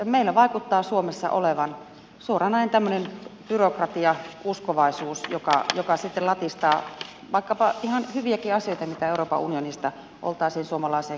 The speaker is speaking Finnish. meillä vaikuttaa suomessa olevan suoranainen tämmöinen byrokratiauskovaisuus joka sitten latistaa vaikkapa ihan hyviäkin asioita mitä euroopan unionista oltaisiin suomalaiseen lainsäädäntöön tuomassa